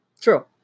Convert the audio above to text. true